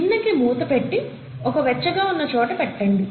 గిన్నెకి మూత పెట్టి ఒక వెచ్చగా ఉన్న చోట పెట్టండి